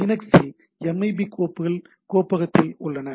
லினக்ஸில் எம்ஐபி கோப்புகள் கோப்பகத்தில் உள்ளன